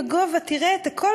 בגובה תראה את הכול,